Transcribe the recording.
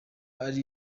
ari